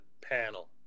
panel